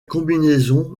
combinaison